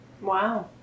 Wow